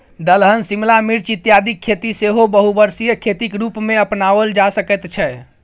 दलहन शिमला मिर्च इत्यादिक खेती सेहो बहुवर्षीय खेतीक रूपमे अपनाओल जा सकैत छै